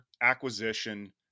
acquisition